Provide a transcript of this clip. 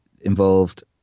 involved